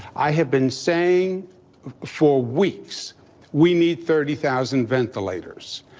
i have been saying for weeks we need thirty thousand ventilators.